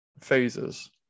phases